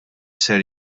ser